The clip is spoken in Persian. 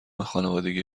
خانوادگی